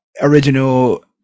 original